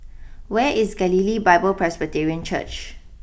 where is Galilee Bible Presbyterian Church